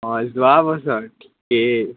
অঁ যোৱা বছৰ